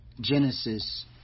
Genesis